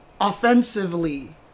Offensively